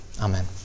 amen